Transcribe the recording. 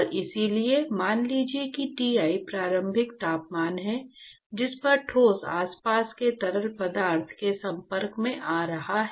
और इसलिए मान लीजिए कि Ti प्रारंभिक तापमान है जिस पर ठोस आसपास के तरल पदार्थ के संपर्क में आ रहा है